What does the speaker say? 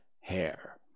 hair